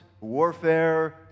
warfare